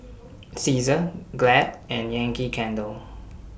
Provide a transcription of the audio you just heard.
Cesar Glad and Yankee Candle